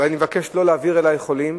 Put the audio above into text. ואני מבקש לא להעביר אלי חולים.